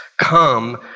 come